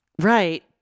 Right